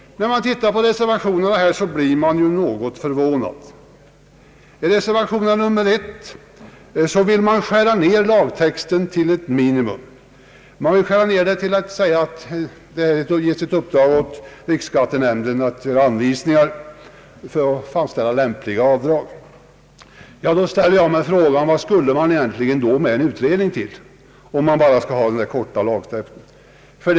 När man läser reservationerna blir man något förvånad. I reservation 1 föreslås att lagtexten skall skäras ned till ett minimum. Reservanterna vill endast ge riksskattenämnden i uppdrag att fastställa grunder för beräkning av lämpliga avdrag. Vad skulle man då egentligen med en utredning till, om reservanterna vill ha denna korta lagtext?